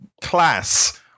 class